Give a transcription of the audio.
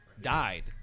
died